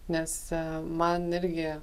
nes man irgi